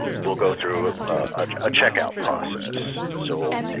we'll go through a checkout process. so,